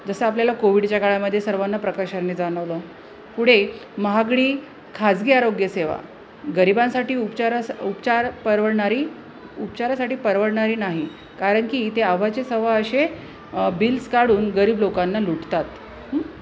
जसं आपल्याला कोविडच्या काळामध्ये सर्वांना प्रकर्षाने जाणवलं पुढे महागडी खाजगी आरोग्यसेवा गरिबांसाठी उपचारास उपचार परवडणारी उपचारासाठी परवडणारी नाही कारण की ते आव्वाचे सव्वा असे बिल्स काढून गरीब लोकांना लुटतात